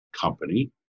company